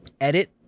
edit